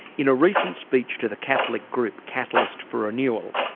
in a recent speech to the catholic group catalyst for renewal,